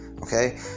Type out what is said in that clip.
Okay